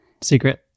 Secret